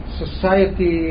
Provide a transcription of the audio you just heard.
society